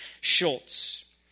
Schultz